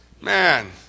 man